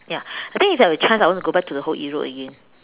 ya I think if we have chance I want to go to the whole Europe again